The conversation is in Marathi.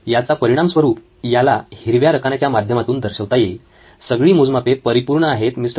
याचा परिणाम स्वरूप याला हिरव्या रकान्याच्या माध्यमातून दर्शवता येईल सगळी मोजमापे परिपूर्ण आहेत मिस्टर Mr